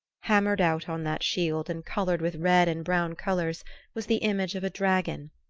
hammered out on that shield and colored with red and brown colors was the image of a dragon,